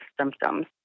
symptoms